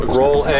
roll